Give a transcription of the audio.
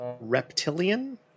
reptilian